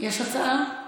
יש הצעה?